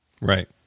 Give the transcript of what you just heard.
Right